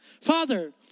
Father